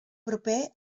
proper